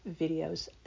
videos